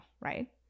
right